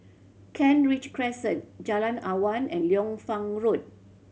Kent Ridge Crescent Jalan Awan and Liu Fang Road